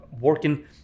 working